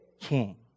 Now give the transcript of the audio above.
king